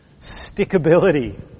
stickability